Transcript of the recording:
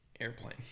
Airplane